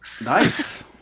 Nice